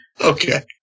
Okay